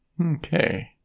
Okay